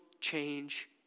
change